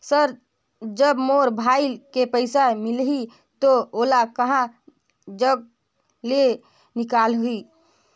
Sir जब मोर भाई के पइसा मिलही तो ओला कहा जग ले निकालिही?